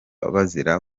bazira